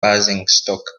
basingstoke